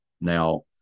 Now